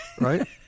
right